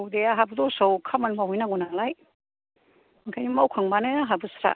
औ दे आंहाबो दस्रायाव खामानि मावहै नांगौनालाय बेनिखायनो मावखांबानो आंहाबो स्रा